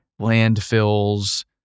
landfills